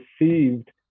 received